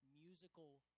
musical